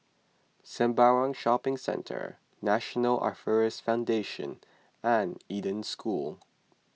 Sembawang Shopping Centre National Arthritis Foundation and Eden School